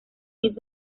miss